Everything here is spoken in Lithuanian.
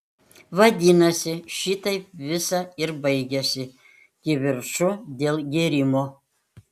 vadinasi šitaip visa ir baigiasi kivirču dėl gėrimo